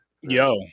Yo